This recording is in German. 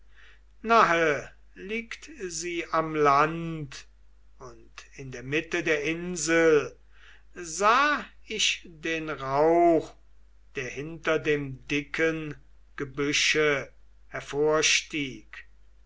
nahe liegt sie am land und in der mitte der insel sah ich rauch der hinter dem dicken gebüsche